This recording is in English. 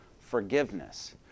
forgiveness